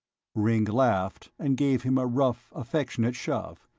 ringg laughed and gave him a rough, affectionate shove.